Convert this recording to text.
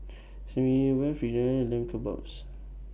Fritada and Lamb Kebabs